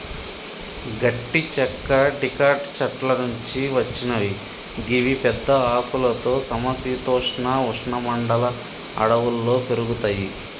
గట్టి చెక్క డికాట్ చెట్ల నుంచి వచ్చినవి గివి పెద్ద ఆకులతో సమ శీతోష్ణ ఉష్ణ మండల అడవుల్లో పెరుగుతయి